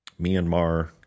Myanmar